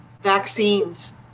vaccines